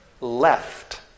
left